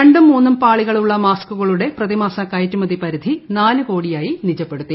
രണ്ടും മൂന്നും പാളികളുള്ള മാസ്കുകളുടെ പൃതിമാസ കയറ്റുമതി പരിധി നാല് കോടിയായി നിജപ്പെടുത്തി